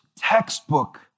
textbook